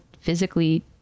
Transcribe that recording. physically